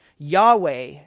Yahweh